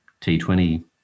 T20